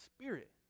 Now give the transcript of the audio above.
spirit